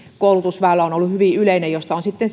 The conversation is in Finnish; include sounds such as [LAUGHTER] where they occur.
koulutus on ollut hyvin yleinen väylä sitten [UNINTELLIGIBLE]